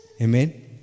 Amen